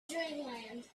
dreamland